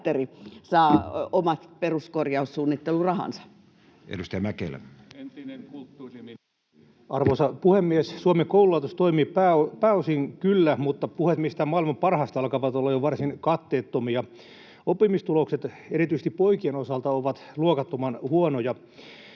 hallinnonala Time: 10:33 Content: Arvoisa puhemies! Suomen koululaitos toimii kyllä pääosin, mutta puheet jostain maailman parhaasta alkavat olla jo varsin katteettomia. Oppimistulokset erityisesti poikien osalta ovat luokattoman huonoja.